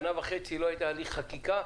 שנה וחצי לא היה הליך חקיקה,